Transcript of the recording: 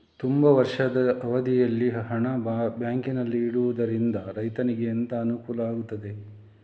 ತುಂಬಾ ವರ್ಷದ ಅವಧಿಯಲ್ಲಿ ಹಣ ಬ್ಯಾಂಕಿನಲ್ಲಿ ಇಡುವುದರಿಂದ ರೈತನಿಗೆ ಎಂತ ಅನುಕೂಲ ಆಗ್ತದೆ?